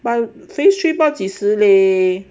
but phase three 不知道几时嘞